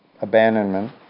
abandonment